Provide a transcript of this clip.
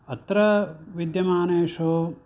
अत्र विद्यमानेषु